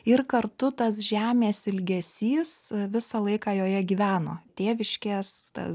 ir kartu tas žemės ilgesys visą laiką joje gyveno tėviškės ta